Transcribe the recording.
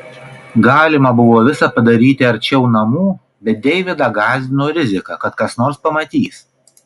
galima buvo visa padaryti arčiau namų bet deividą gąsdino rizika kad kas nors pamatys